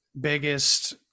biggest